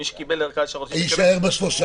מי שקיבל ארכה --- יישאר בשלושה?